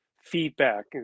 feedback